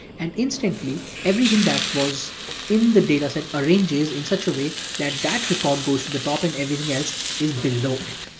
and instantly, everything that was in the data set arranges in such a way that that record goes to the top and everything else is below it.